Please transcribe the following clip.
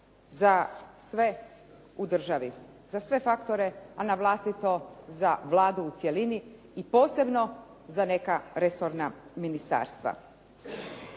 za sve u državi, za sve faktore a na vlastito za Vladu u cjelini i posebno za neka resorna ministarstva.